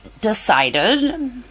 decided